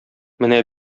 менә